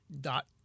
dot